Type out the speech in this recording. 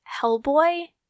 Hellboy